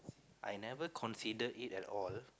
I never considered it at all